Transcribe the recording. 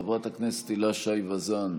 חברת הכנסת הילה שי וזאן,